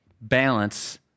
balance